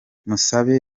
musabe